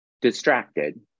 distracted